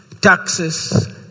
taxes